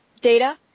data